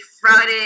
Friday